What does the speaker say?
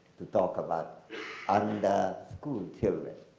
to talk about under school children,